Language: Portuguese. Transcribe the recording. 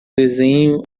desenho